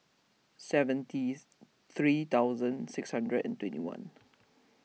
seventy three thousand six hundred and twenty one